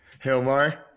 Hilmar